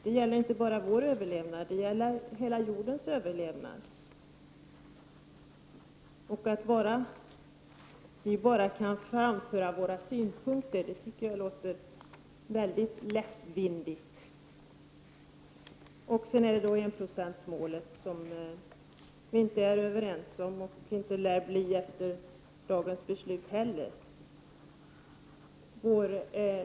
Det gäller inte bara vår överlevnad, utan det är fråga om hela jordens överlevnad. Att säga att vi bara kan framföra våra synpunkter tycker jag låter väldigt lättvindigt. Vi är inte överens om enprocentsmålet, och det lär vi inte heller bli efter dagens beslut.